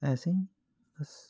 ऐसे ही बस